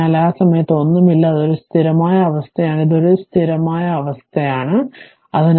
അതിനാൽ ആ സമയത്ത് ഒന്നുമില്ല അത് ഒരു സ്ഥിരമായ അവസ്ഥയാണ് അത് ഒരു സ്ഥിരമായ അവസ്ഥയാണ് അത് at ആണ്